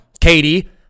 Katie